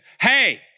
Hey